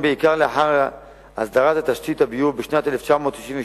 ובעיקר לאחר הסדרת תשתית הביוב בשנת 1992,